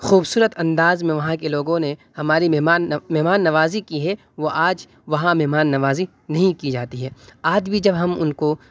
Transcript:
خوبصورت انداز میں وہاں کے لوگوں نے ہماری مہمان مہمان نوازی کی ہے وہ آج وہاں مہمان نوازی نہیں کی جاتی ہے آج بھی جب ہم ان کو